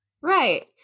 Right